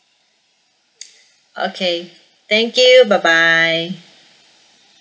okay thank you bye bye